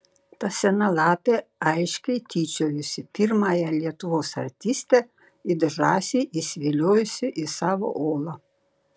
ta sena lapė aiškiai tyčiojosi pirmąją lietuvos artistę it žąsį įsiviliojusi į savo olą